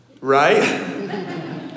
Right